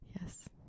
Yes